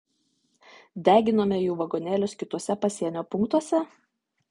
deginome jų vagonėlius kituose pasienio punktuose